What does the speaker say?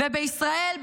ובישראל,